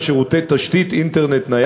שר התקשורת התיר זאת במקרים מיוחדים,